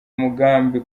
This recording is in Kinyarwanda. mugambi